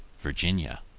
virginia.